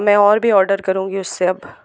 मैं और भी ऑर्डर करुँगी उससे अब